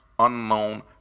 Unknown